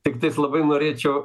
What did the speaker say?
tiktais labai norėčiau